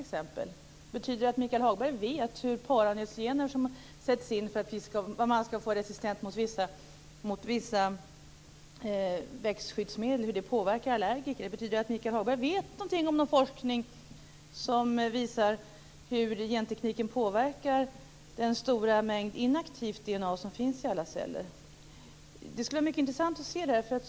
Vet Michael Hagberg hur paranötsgener som sätts in för att man skall få resistens mot vissa växtskyddsmedel påverkar allergiker? Känner Michael Hagberg till någon forskning som visar hur gentekniken påverkar den stora mängd inaktivt DNA som finns i alla celler? Det skulle vara mycket intressant att få höra det.